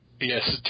Yes